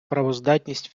правоздатність